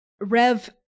Rev